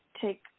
take